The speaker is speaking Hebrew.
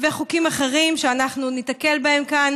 וחוקים אחרים שאנחנו ניתקל בהם כאן